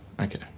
Okay